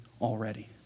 already